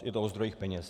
Je to o zdrojích peněz.